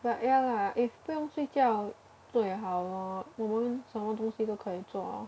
but ya lah if 不用睡觉最好 lor 我们什么东西都可以做:wo men shen me dong xi doui ke yi zuo